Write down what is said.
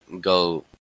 go